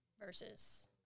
versus